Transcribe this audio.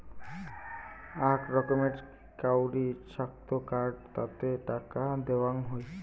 আক রকমের কাউরি ছক্ত কার্ড তাতে টাকা দেওয়াং হই